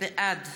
בעד